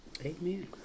amen